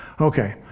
Okay